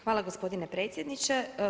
Hvala gospodine predsjedniče.